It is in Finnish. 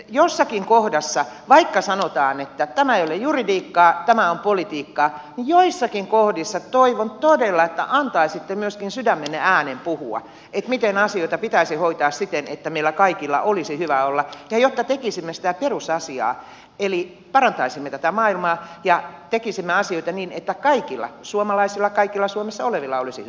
joissakin kohdissa vaikka sanotaan että tämä ei ole juridiikkaa tämä on politiikkaa toivon todella että antaisitte myöskin sydämenne äänen puhua miten asioita pitäisi hoitaa siten että meillä kaikilla olisi hyvä olla ja jotta tekisimme sitä perusasiaa eli parantaisimme tätä maailmaa ja tekisimme asioita niin että kaikilla suomalaisilla kaikilla suomessa olevilla olisi hyvä olla